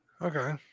Okay